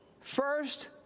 first